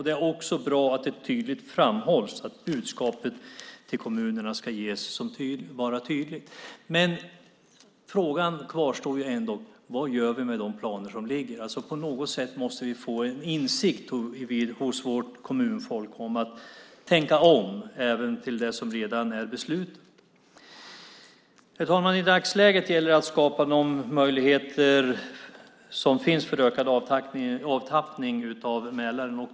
Det är också bra att det tydligt framhålls att budskapet som ges till kommunerna ska vara tydligt. Men frågan kvarstår ändå: Vad gör vi med de planer som ligger? På något sätt måste vi få vårt kommunfolk att komma till insikt om att de får tänka om även till det som redan är beslutat. Herr talman! I dagsläget gäller det att ta vara på de möjligheter som finns för ökad avtappning av Mälaren.